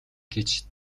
гэж